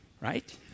right